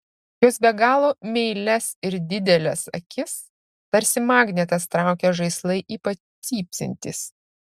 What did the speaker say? jos be galo meilias ir dideles akis tarsi magnetas traukia žaislai ypač cypsintys